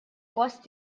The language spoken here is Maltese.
post